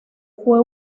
fue